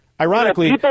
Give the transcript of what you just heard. Ironically